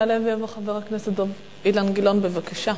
יעלה ויבוא חבר הכנסת דב, אילן גילאון, בבקשה.